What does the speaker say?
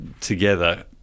together